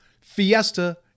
Fiesta